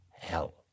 hell